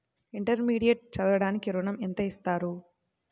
Intermediate చదవడానికి ఋణం ఎంత ఇస్తారు?